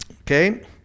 Okay